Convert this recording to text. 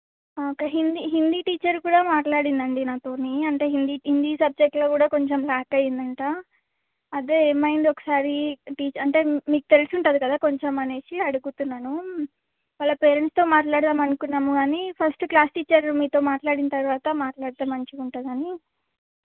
ఒక హిందీ హిందీ టీచర్ కూడా మాట్లాడిందండి నాతోని అంటే హిందీ హిందీ సబ్జెక్ట్లో కూడా కొంచెం లాక్ అయ్యిందంట అదే ఏమైందో ఒకసారి టి అంటే మీకు తెలిసి ఉంటుంది కదా కొంచెం అనేసి అడుగుతున్నాను వాళ్ళ పేరెంట్స్తో మాట్లాడదాం అనుకున్నాము కానీ ఫస్ట్ క్లాస్ టీచర్ మీతో మాట్లాడిన తర్వాత మాట్లాడితే మంచిగా ఉంటుందని